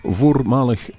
voormalig